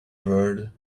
world